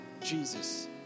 Jesus